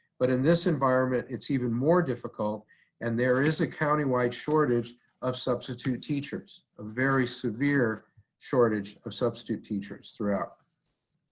but in this environment it's even more difficult and there is a countywide shortage of substitute teachers, a very severe shortage of substitute teachers throughout.